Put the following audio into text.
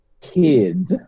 kid